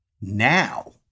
now